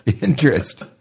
interest